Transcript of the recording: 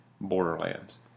Borderlands